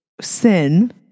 sin